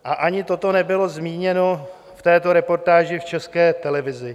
A ani toto nebylo zmíněno v této reportáži v České televizi.